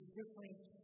different